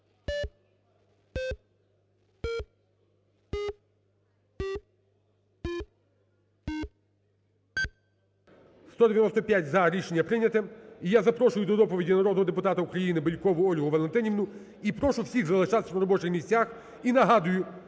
За-195 Рішення прийняте. І я запрошую до доповіді народного депутата України Бєлькову Ольгу Валентинівну. І прошу всіх залишатись на робочих місцях, і нагадую: